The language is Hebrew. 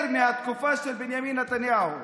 יותר מבתקופה של בנימין נתניהו.